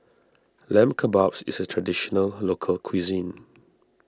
Lamb Kebabs is a Traditional Local Cuisine